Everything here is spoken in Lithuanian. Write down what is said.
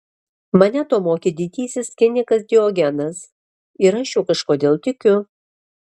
mane to mokė didysis kinikas diogenas ir aš juo kažkodėl tikiu